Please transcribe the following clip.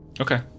Okay